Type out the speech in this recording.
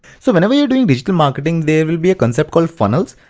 so whenever you are doing digital marketing, there will be a concept called funnels.